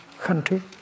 country